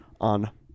on